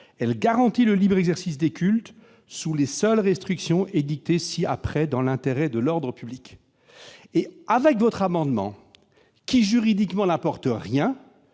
elle garantit le libre exercice des cultes sous les seules restrictions éditées, ci-après, dans l'intérêt de l'ordre public. » Votre amendement, dépourvu de toute portée